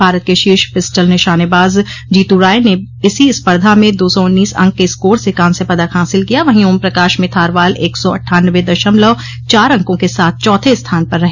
भारत के शीर्ष पिस्टल निशानेबाज जीतू राय ने इसी स्पर्धा में दो सौ उन्नीस अंक के स्कोर से कांस्य पदक हासिल किया वहीं ओम प्रकाश मिथारवल एक सौ अठ्ठान्नबे दशमलव चार अंकों के साथ चौथे स्थान पर रहे